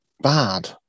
bad